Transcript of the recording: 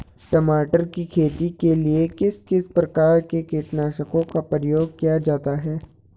टमाटर की खेती के लिए किस किस प्रकार के कीटनाशकों का प्रयोग किया जाता है?